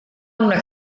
una